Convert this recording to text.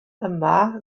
yma